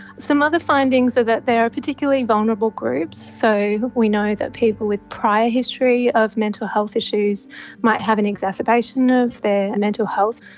some other findings are that there are particularly vulnerable groups. so we know that people with prior history of mental health issues might have an exacerbation of their and mental health.